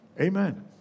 Amen